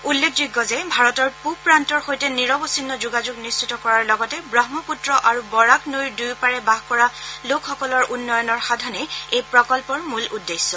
উল্লেখযোগ্য যে ভাৰতৰ পুৱ প্ৰান্তৰ সৈতে নিৰৱচ্ছিন্ন যোগাযোগ নিশ্চিত কৰাৰ লগতে ৱৰ্হ্মপুত্ৰ আৰু বৰাক নৈৰ দুয়োপাৰে বাস কৰা লোকসকলৰ উন্নয়ন সাধনেই এই প্ৰকল্পৰ মূল উদ্দেশ্য